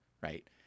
right